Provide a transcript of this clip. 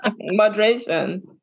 Moderation